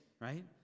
right